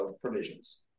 provisions